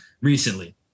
recently